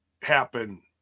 happen